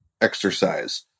exercise